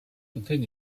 fontaine